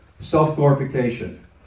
self-glorification